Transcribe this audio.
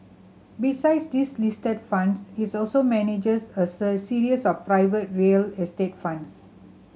besides these listed funds is also manages a series of private real estate funds